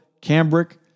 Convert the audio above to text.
cambric